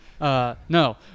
no